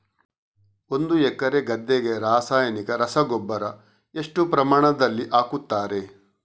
ಒಂದು ಎಕರೆ ಗದ್ದೆಗೆ ರಾಸಾಯನಿಕ ರಸಗೊಬ್ಬರ ಎಷ್ಟು ಪ್ರಮಾಣದಲ್ಲಿ ಹಾಕುತ್ತಾರೆ?